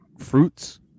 fruits